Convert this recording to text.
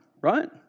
right